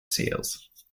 seals